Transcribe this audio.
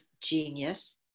genius